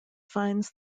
finds